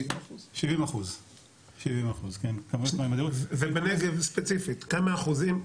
ובנגב ספציפית כמה אחוזים,